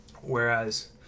Whereas